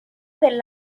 del